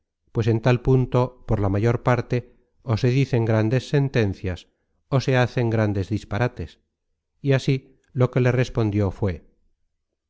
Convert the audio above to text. pues en tal punto por la mayor parte ó se dicen grandes sentencias ó se hacen grandes disparates y así lo que le respondió fué